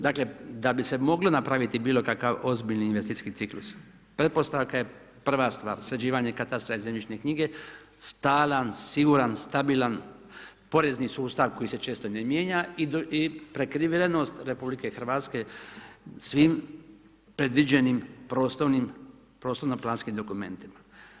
Dakle da bi se moglo napraviti bilo kakav ozbiljan investicijski ciklus, pretpostavka je prva stvar, sređivanje katastra i zemljišne knjige, stalan, siguran, stabilan, porezni sustav koji se često ne mijenja i prekrivenost RH svim predviđenim prostorno planskim dokumentima.